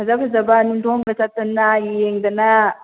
ꯐꯖ ꯐꯖꯕ ꯅꯨꯡꯗꯣꯡꯒ ꯆꯠꯇꯅ ꯌꯦꯡꯗꯅ